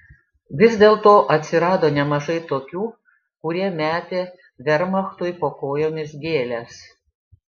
vis dėlto atsirado nemažai tokių kurie metė vermachtui po kojomis gėles